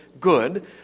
good